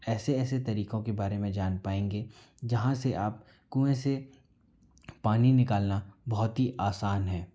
ऐसे ऐसे तरीकों के बारे में जान पाएंगे जहाँ से आप कुएं से पानी निकालना बहुत ही आसान है